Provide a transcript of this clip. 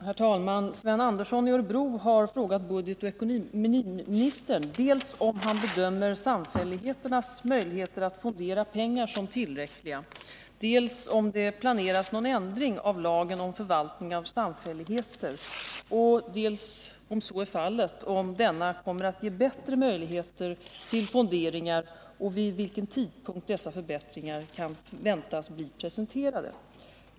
Herr talman! Sven Andersson i Örebro har frågat budgetoch ekonomiministern dels om han bedömer samfälligheternas möjligheter att fondera pengar som tillräckliga, dels om det planeras någon ändring av lagen om förvaltning av samfälligheter och dels, om så är fallet, om denna kommer att ge bättre möjligheter till fonderingar och vid vilken tidpunkt dessa förbättringar kan väntas bli presenterade.